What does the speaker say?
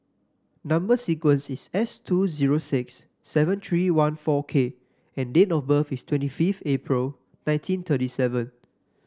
number sequence is S two zero six seven tree one four K and date of birth is twenty fifth April nineteen thirty seven